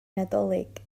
nadolig